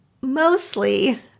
mostly